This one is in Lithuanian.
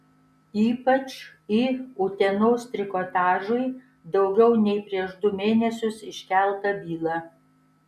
ypač į utenos trikotažui daugiau nei prieš du mėnesius iškeltą bylą